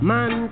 Man